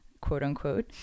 quote-unquote